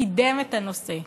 וקידם את הנושא.